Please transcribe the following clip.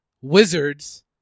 Wizards